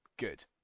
good